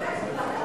מחר יש פרק ב'